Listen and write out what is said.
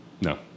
No